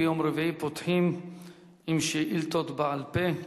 ביום רביעי פותחים עם שאילתות דחופות בעל-פה.